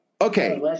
Okay